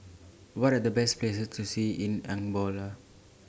What Are The Best Places to See in Angola